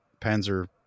Panzer